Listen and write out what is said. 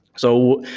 so,